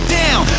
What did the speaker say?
down